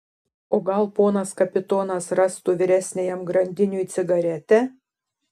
o gal ponas kapitonas rastų vyresniajam grandiniui cigaretę